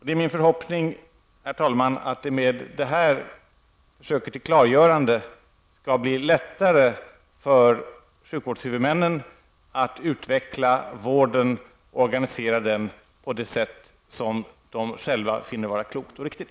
Det är min förhoppning, herr talman, att det med det här försöket till klargörande skall bli lättare för sjukvårdshuvudmännen att utveckla vården och att organisera den på det sätt som de själva finner vara klokt och riktigt.